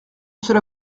cela